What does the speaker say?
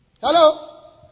Hello